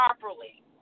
properly